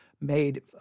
made